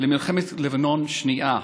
למלחמת לבנון השנייה.